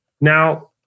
Now